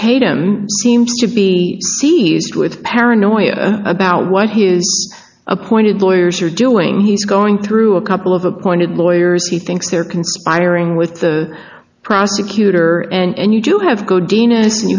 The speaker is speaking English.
tatum seems to be seized with paranoia about what his appointed lawyers are doing he's going through a couple of appointed lawyers he thinks they're conspiring with the prosecutor and you do have